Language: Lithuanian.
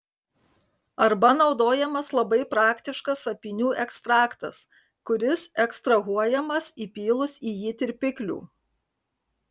arba naudojamas labai praktiškas apynių ekstraktas kuris ekstrahuojamas įpylus į jį tirpiklių